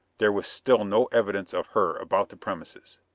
there was still no evidence of her about the premises.